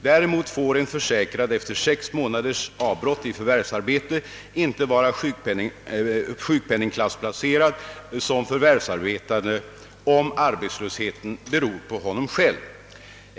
Däremot får en försäkrad efter sex månaders avbrott i förvärvsarbetet inte vara sjukpenningklassplacerad som förvärvsarbetande, om arbetslösheten beror på honom själv.